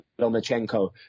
Lomachenko